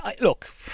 Look